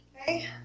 okay